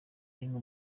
rimwe